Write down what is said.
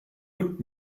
und